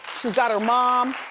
she's got her mom.